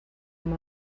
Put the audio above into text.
amb